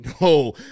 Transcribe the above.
no